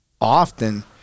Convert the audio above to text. often